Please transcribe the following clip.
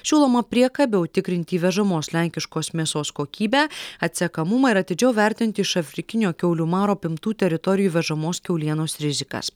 siūloma priekabiau tikrint įvežamos lenkiškos mėsos kokybę atsekamumą ir atidžiau vertint iš afrikinio kiaulių maro apimtų teritorijų įvežamos kiaulienos rizikas